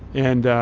and